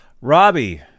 Robbie